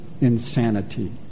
insanity